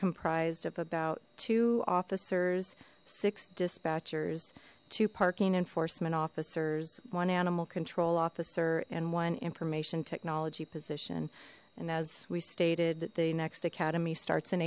comprised of about two officers six dispatchers two parking enforcement officers one animal control officer in one information technology position and as we stated the next academy starts in